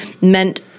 meant—